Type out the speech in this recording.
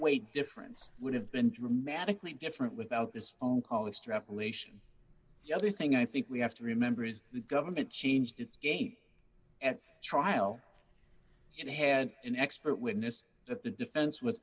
weight difference would have been dramatically different without this phone call extrapolation yeah the thing i think we have to remember is the government changed its game at trial it had an expert witness that the defense w